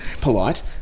polite